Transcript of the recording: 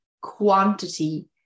quantity